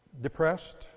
depressed